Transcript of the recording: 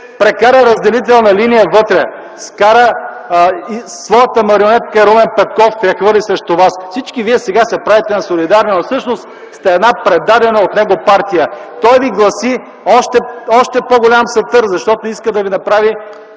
Прекара разделителна линия вътре. Вкара своята марионетка Румен Петков и я хвърли срещу вас. Всички вие сега се правите на солидарни, но всъщност сте една предадена от него партия. Той ви гласи още по-голям сатър, защото иска да ви направи